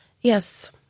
Yes